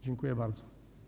Dziękuję bardzo.